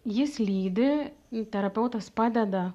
jis lydi terapeutas padeda